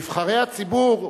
נבחרי הציבור,